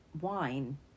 wine